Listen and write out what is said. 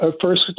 first